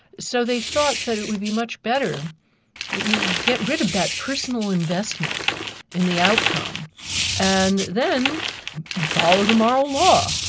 so they thought that it would be much better if you get rid of that personal investment in the outcome and then you follow the moral law.